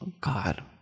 god